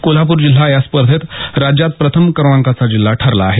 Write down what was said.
कोल्हापूर जिल्हा या स्पर्धेत राज्यात प्रथम क्रमांकाचा जिल्हा ठरला आहे